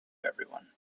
everyone